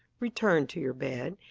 return to your bed,